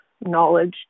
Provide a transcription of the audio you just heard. knowledge